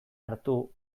hartu